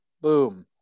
Boom